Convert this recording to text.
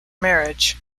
marriage